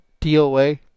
DOA